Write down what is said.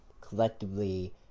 collectively